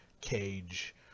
cage